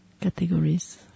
categories